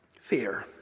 fear